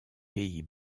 pays